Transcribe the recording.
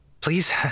Please